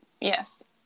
Yes